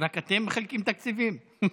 רק אתם מחלקים תקציבים?